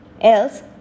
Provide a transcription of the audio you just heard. Else